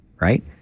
right